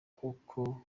kuko